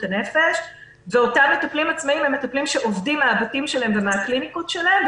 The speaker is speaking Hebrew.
הנפש ואותם מטפלים עצמאיים עובדים מהבתים שלהם ומן הקליניקות שלהם,